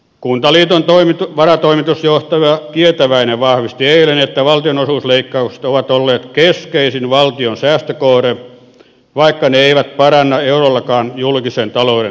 kuntaliiton varatoimitusjohtaja kietäväinen vahvisti eilen että valtionosuusleikkaukset ovat olleet keskeisin valtion säästökohde vaikka ne eivät paranna eurollakaan julkisen talouden tasapainoa